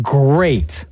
great